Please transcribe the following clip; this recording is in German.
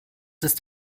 ist